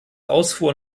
ausfuhr